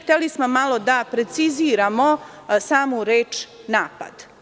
Hteli smo malo da preciziramo samu reč „napad“